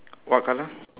what colour